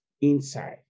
inside